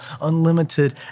unlimited